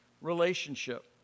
relationship